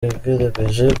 yagerageje